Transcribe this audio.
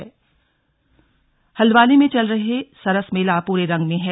slug Saras Mela Haldwani में चल रहा सरस मेला पूरे रंग में है